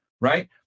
right